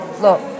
look